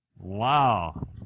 Wow